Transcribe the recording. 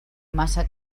massa